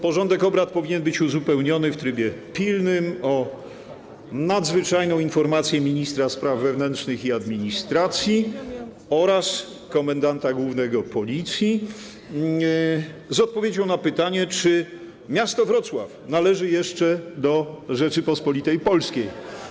Porządek obrad powinien być uzupełniony w trybie pilnym o nadzwyczajną informację ministra spraw wewnętrznych i administracji oraz komendanta głównego Policji zawierającą odpowiedź na pytanie, czy miasto Wrocław należy jeszcze do Rzeczypospolitej Polskiej.